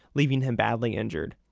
leaving him badly injured.